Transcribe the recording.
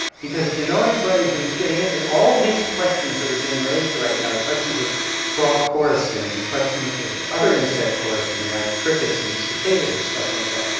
because if you know anybody who is getting into all these questions that are being raised right now, the questions of frog chorusing, the questions of other insect chorusing like crickets and cicadas and stuff like that,